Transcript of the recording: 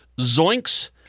zoinks